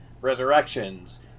resurrections